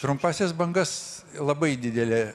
trumpąsias bangas labai didelė